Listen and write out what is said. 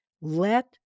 Let